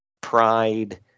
Pride